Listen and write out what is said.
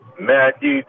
Matthew